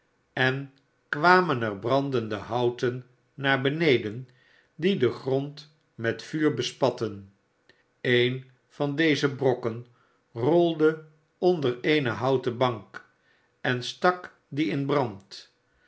en kwamen er brandende houten naar beneden die den grond met vuur bespatten een van deze brokken rolde onder eene houten bank en stak die in brand